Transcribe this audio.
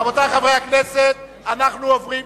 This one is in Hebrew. רבותי חברי הכנסת, אנחנו עוברים,